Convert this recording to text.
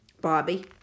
Bobby